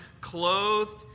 clothed